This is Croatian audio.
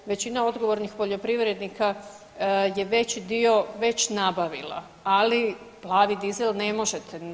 Većina odgovornih poljoprivrednika je veći dio već nabavila, ali plavi dizel ne možete.